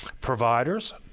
providers